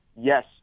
yes